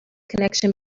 connection